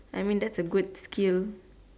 I mean that's a good skill